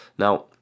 now